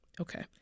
Okay